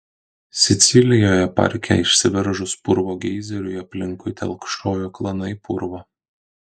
sicilijoje parke išsiveržus purvo geizeriui aplinkui telkšojo klanai purvo